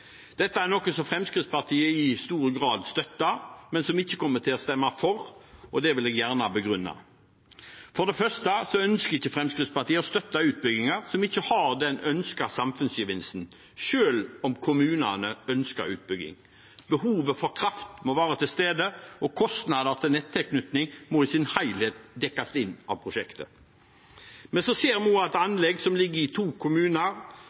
Dette er noe som Fremskrittspartiet i stor grad støtter, men som vi ikke kommer til å stemme for, og det vil jeg gjerne begrunne: Fremskrittspartiet ønsker ikke å støtte utbygginger som ikke har den ønskede samfunnsgevinsten, selv om kommunene ønsker utbygging. Behovet for kraft må være til stede, og kostnader til nettilknytning må i sin helhet dekkes inn av prosjektet. Men så ser vi at det kan være anlegg som ligger i to kommuner,